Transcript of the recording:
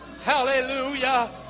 Hallelujah